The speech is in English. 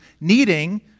needing